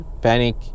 panic